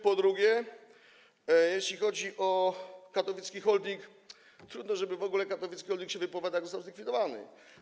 Po drugie, jeśli chodzi o katowicki holding, to trudno, żeby w ogóle katowicki holding się wypowiadał, jak został zlikwidowany.